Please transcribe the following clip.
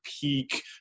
peak